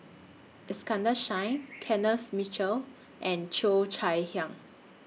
Iskandar Shah Kenneth Mitchell and Cheo Chai Hiang